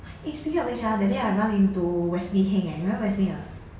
eh speaking of which ah that day I run into wesley heng eh you remember wesley or not